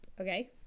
okay